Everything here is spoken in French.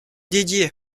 dédié